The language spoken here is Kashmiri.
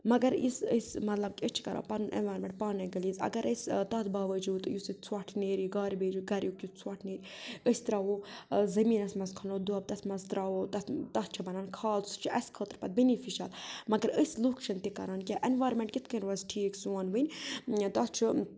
مگر یُس أسۍ مطلب کہِ أسۍ چھِ کَران پَنُن اٮ۪نوارمٮ۪نٛٹ پانے گِٔلیٖز اگر أسۍ تَتھ باوجوٗد یُس یہِ ژھۄٹھ نیرِ گاربیجُک گَریُک یُس ژھۄٹھ نیرِ أسۍ ترٛاوو زٔمیٖنَس منٛز کھَنو دۄب تَتھ منٛز ترٛاوو تَتھ تَتھ چھِ بَنان کھاد سُہ چھُ اَسہِ خٲطرٕ پَتہٕ بیٚنِفِیشَل مگر أسۍ لُکھ چھِنہٕ تہِ کَران کیٚنٛہہ انوارمٮ۪نٛٹ کِتھٕ کٔنۍ روزِ ٹھیٖک سون وۄنۍ تَتھ چھُ